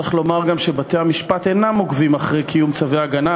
צריך לומר גם שבתי-המשפט אינם עוקבים אחרי קיום צווי ההגנה.